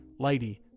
Lighty